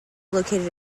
located